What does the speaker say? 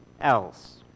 else